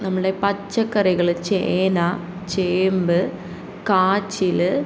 നമ്മുടെ പച്ചക്കറികൾ ചേന ചേമ്പ് കാച്ചിൽ